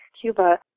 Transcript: Cuba